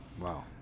Wow